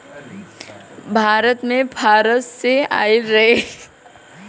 भारत मे फारस से आइल रहे